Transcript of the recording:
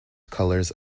colours